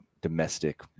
domestic